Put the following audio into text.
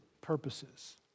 purposes